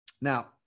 Now